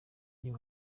uyu